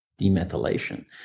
demethylation